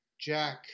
Jack